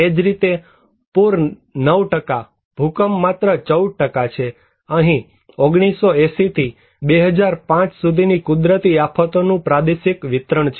એ જ રીતે પુર 9 ભૂકંપ માત્ર 14 છે અહીં 1980 થી 2005 સુધીની કુદરતી આફતોનું પ્રાદેશિક વિતરણ છે